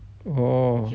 oh